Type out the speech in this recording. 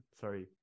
Sorry